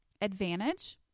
advantage